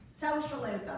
Socialism